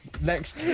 Next